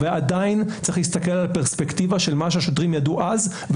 ועדיין צריך להסתכל על הפרספקטיבה של מה שהשוטרים ידעו אז,